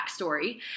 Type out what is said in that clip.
backstory